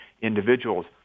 individuals